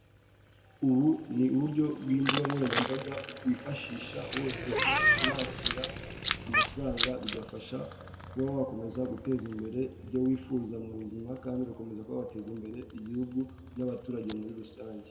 Ubu ni uburyo bw'imbuga nkoranyambaga wifashisha wohereza unakira amafaranga, bigafasha kuba wakomeza guteza imbere ibyo wifuza mu buzima, kandi ugakomeza kuba wateza imbere igihugu n'abaturage muri rusange.